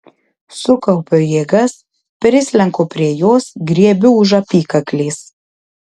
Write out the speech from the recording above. sukaupiu jėgas prislenku prie jos griebiu už apykaklės